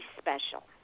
special